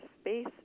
space